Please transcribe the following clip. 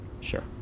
Sure